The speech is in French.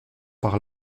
par